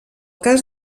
cas